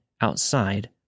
outside